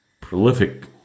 prolific